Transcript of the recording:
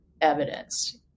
evidence